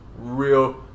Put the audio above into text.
Real